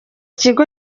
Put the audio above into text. kigo